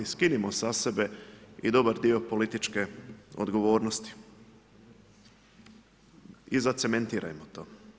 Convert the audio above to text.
Skinimo sa sebe i dobar dio političke odgovornosti i zacementirajmo to.